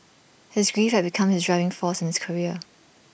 his grief had become his driving force in his career